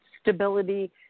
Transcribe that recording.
stability